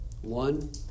One